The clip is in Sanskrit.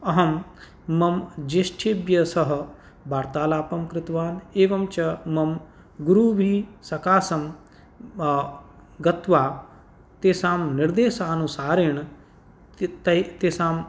अहं मम ज्येष्ठेभ्यः सह वार्तालापं कृत्वा एवं च मम गुरुभिः सकाशं गत्वा तेषां निर्देशानुसारेण तेषाम्